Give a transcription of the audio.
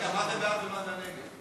מה זה בעד ומה זה נגד?